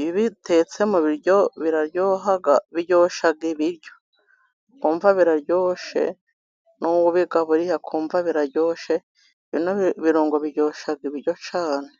iyo ubitetse mu biryo biraryoha, biryoshya ibiryo, ukumva biraryoshe n'uwo ubigaburiye akumva biraryoshye. Bino birungo biryoshya ibiryo cyane.